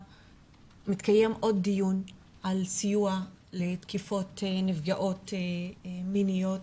עוד דיון על סיוע לנפגעות תקיפות מיניות.